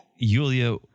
Julia